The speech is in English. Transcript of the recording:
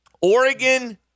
Oregon